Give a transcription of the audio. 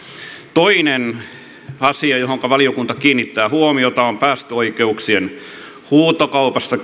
toinen asia johonka valiokunta kiinnittää huomiota on päästöoikeuksien huutokaupasta